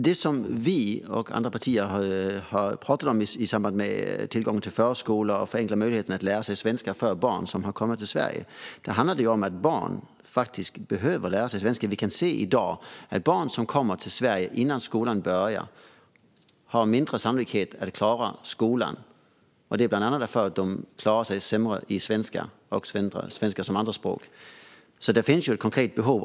Det som vi och andra partier har pratat om i samband med tillgång till förskola och att förenkla möjligheterna för barn som har kommit till Sverige att lära sig svenska handlar om att barn faktiskt behöver lära sig svenska. Vi kan se i dag att barn som kommer till Sverige innan skolan börjar har lägre sannolikhet att klara skolan, bland annat därför att de klarar sig sämre i svenska och i svenska som andraspråk. Det finns ett konkret behov.